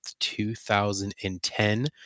2010